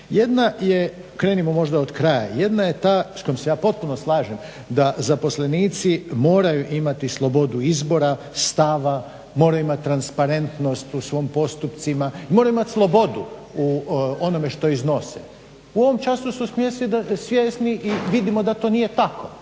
Kregara. Krenimo možda od kraja, jedna je ta s kojom se ja potpuno slažem, da zaposlenici moraju imati slobodu izbora, stava, moraju imat transparentnost u svojim postupcima i moraju imat slobodu u onome što iznose. U ovom času su svjesni i vidimo da to nije tako.